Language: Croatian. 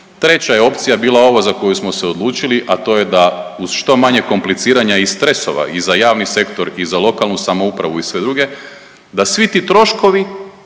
treća je opcija bila ovo za koju smo se odlučili, a to je da uz što manje kompliciranja i stresova i za javni sektor i za lokalnu samouprave i sve druge, da svi ti troškovi